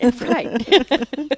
Right